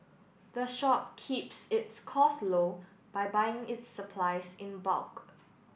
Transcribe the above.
the shop keeps its costs low by buying its supplies in bulk